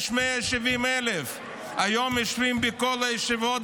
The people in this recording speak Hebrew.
יש 170,000. היום יושבים בכל הישיבות